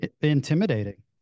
intimidating